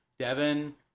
Devin